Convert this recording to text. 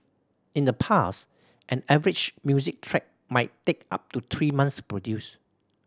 in the past an average music track might take up to three months to produce